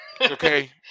okay